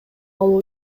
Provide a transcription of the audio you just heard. алуу